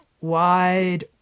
wide